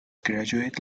gertrude